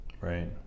Right